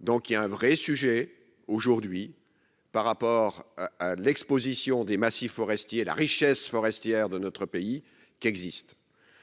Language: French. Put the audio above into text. donc il y a un vrai sujet aujourd'hui par rapport à l'Exposition des massifs forestiers, la richesse forestière de notre pays, qu'existe